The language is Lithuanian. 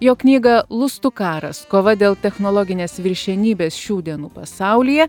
jo knygą lustų karas kova dėl technologinės viršenybės šių dienų pasaulyje